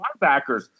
linebackers